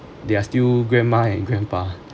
they are still grandma and grandpa